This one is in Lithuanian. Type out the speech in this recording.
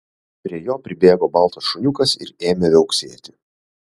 prie jo pribėgo baltas šuniukas ir ėmė viauksėti